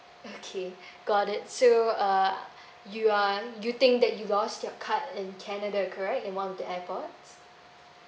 okay got it so uh you are you think that you lost your card in canada correct in one of the airports